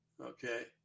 okay